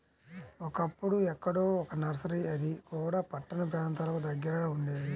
ఒకప్పుడు ఎక్కడో ఒక్క నర్సరీ అది కూడా పట్టణ ప్రాంతాలకు దగ్గరగా ఉండేది